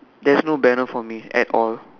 there's no banner for me at all